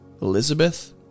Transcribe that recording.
Elizabeth